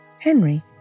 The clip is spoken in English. Henry